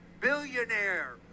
billionaire